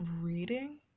reading